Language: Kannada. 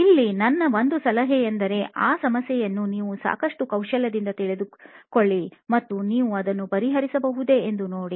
ಇಲ್ಲಿ ನನ್ನ ಒಂದು ಸಲಹೆಯೆಂದರೆ ಆ ಸಮಸ್ಯೆಯನ್ನು ನೀವು ಸಾಕಷ್ಟು ಕೌಶಲ್ಯ ದಿಂದ ತೆಗೆದುಕೊಳ್ಳಿ ಮತ್ತು ನೀವು ಅದನ್ನು ಪರಿಹರಿಸಬಹುದೇ ಎಂದು ನೋಡಿ